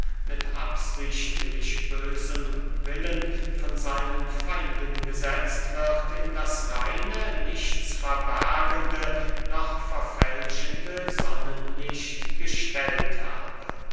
mit absichtlich bösem willen von seinen feinden gesetzt wird in das reine nichts verbergende noch verfälschende sonnenlicht gestellt habe